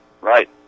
right